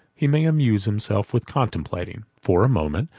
he may amuse himself with contemplating, for a moment,